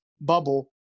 bubble